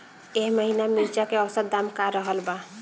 एह महीना मिर्चा के औसत दाम का रहल बा?